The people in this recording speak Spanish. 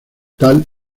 tal